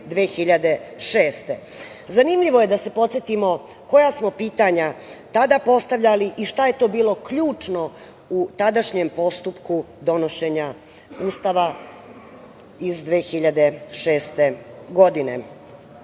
2006. godine. Zanimljivo je da se podsetimo koja smo pitanja tada postavljali i šta je to bilo ključno u tadašnjem postupku donošenja Ustava iz 2006. godine. Posebna